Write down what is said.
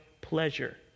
pleasure